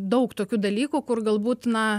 daug tokių dalykų kur galbūt na